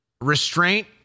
restraint